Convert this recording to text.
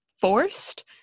forced